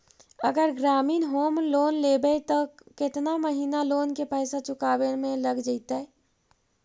अगर ग्रामीण home loan लेबै त केतना महिना लोन के पैसा चुकावे में लग जैतै?